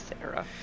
sarah